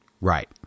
Right